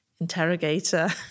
Interrogator